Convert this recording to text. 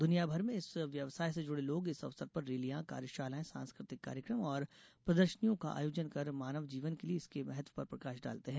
दुनियाभर में इस व्यवसाय से जुड़े लोग इस अवसर पर रैलियां कार्यशालाएं सांस्कृतिक कार्यक्रम और प्रदर्शनियों का आयोजन कर मानव जीवन के लिए इसके महत्व पर प्रकाश डालते हैं